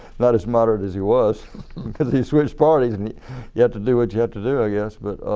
not as moderate as he was because he switched parties and you have to do what you have to do i guess. but